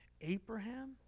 Abraham